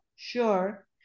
Sure